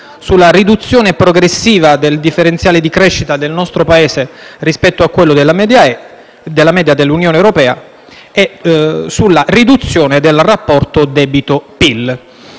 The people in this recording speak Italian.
sulla riduzione progressiva del differenziale di crescita del nostro Paese rispetto a quello della media dell'Unione europea, nonché sulla riduzione del rapporto debito/PIL.